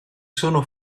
sono